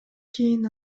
кийин